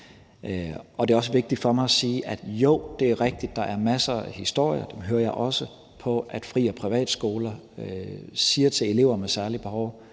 Det er også vigtigt for mig at sige, at jo, det er rigtigt, der er masser af historier, dem hører jeg også, om, at friskoler og privatskoler siger til elever med særlige behov,